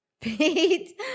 Pete